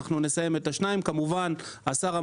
כמובן שהשר,